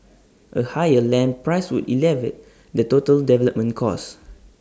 A higher land price would elevate the total development cost